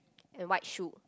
and white shoe